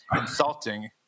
insulting